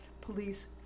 Police